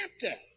chapter